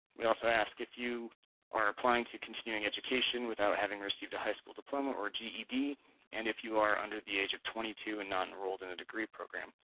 we also ask if you are applying to continuing education without having received a high school diploma or ged and if you are under the age of twenty two and not enrolled in a degree program.